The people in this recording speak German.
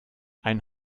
einen